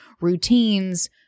routines